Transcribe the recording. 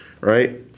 right